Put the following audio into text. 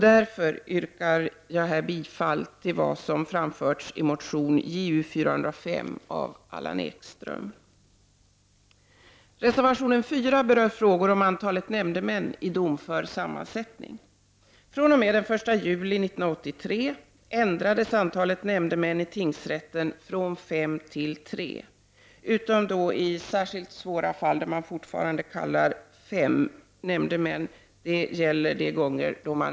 Jag yrkar därför bifall till vad som framhålls i motion Ju405 av Allan Ekström. Reservation 4 berör frågan om antalet nämndemän i domför sammansättning. Den 1 juli 1983 minskades antalet nämndemän i tingsrätten från fem till tre — utom i särskilt svåra fall där man redan från början torde kunna räkna med längre fängelsestraff.